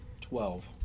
Twelve